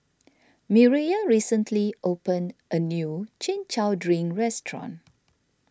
Mireya recently opened a new Chin Chow Drink restaurant